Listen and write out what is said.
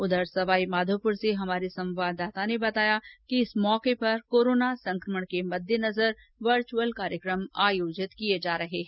उधर सवाई माघोप्र से हमारे संवाददाता ने बताया कि इस मौके पर कोरोना संक्रमण के मद्देनजर वर्चुअल कार्यक्रम आयोजित किय जा रहे हैं